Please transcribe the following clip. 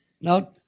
Now